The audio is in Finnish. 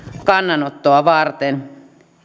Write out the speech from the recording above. kannanottoa varten